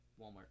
Walmart